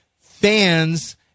fans